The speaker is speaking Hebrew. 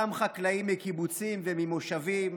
גם חקלאים מקיבוצים וממושבים.